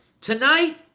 tonight